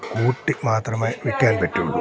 കൂട്ടി മാത്രമേ വിൽക്കാൻ പറ്റുള്ളൂ